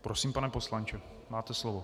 Prosím, pane poslanče, máte slovo.